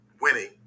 winning